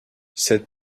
cette